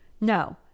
No